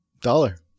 Dollar